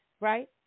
right